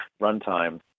runtime